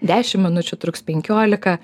dešimt minučių truks penkiolika